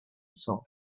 saw